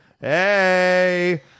Hey